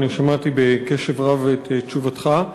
שמעתי בקשב רב את תשובתך,